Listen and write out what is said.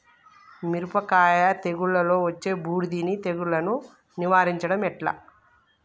మిరపకాయ తెగుళ్లలో వచ్చే బూడిది తెగుళ్లను నివారించడం ఎట్లా?